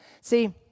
See